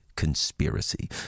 conspiracy